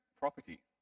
property